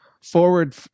forward